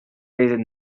based